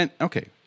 okay